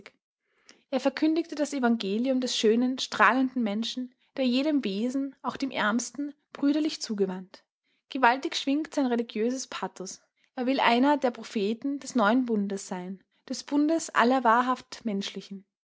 er verkündigte das evangelium des schönen strahlenden menschen der jedem wesen auch dem ärmsten brüderlich zugewandt gewaltig schwingt sein religiöses pathos er will einer der propheten des neuen bundes sein des bundes aller wahrhaft menschlichen